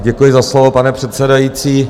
Děkuji za slovo, pane předsedající.